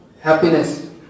happiness